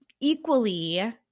equally